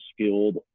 skilled